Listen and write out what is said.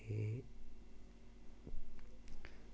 एह्